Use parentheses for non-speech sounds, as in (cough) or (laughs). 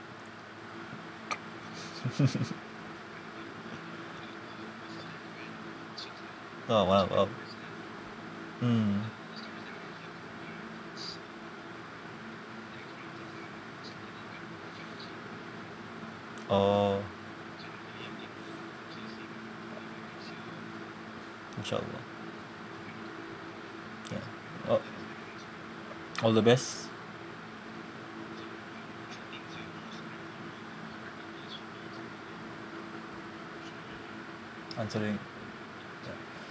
(noise) (laughs) oh !wow! oh mm orh insya allah ya all (noise) all the best answering ya